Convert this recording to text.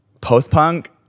post-punk